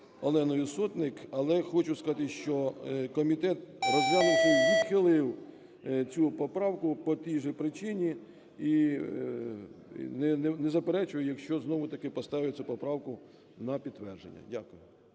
Оленою Сотник. Але хочу сказати, що комітет, розглянувши, відхилив цю поправку по тій же причині і не заперечує, якщо знову-таки поставлять цю поправку на підтвердження, на